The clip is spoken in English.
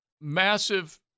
massive